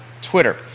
Twitter